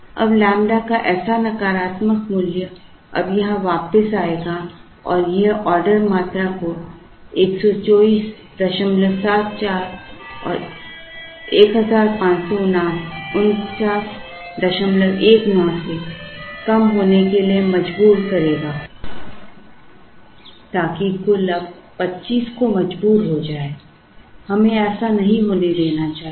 अब लैम्ब्डा का ऐसा नकारात्मक मूल्य अब यहां वापस आएगा और यह ऑर्डरमात्रा को 12474 और 154919 से कम होने के लिए मजबूर करेगा ताकि कुल अब 25 को मजबूर हो जाए हमें ऐसा नहीं होने देना चाहिए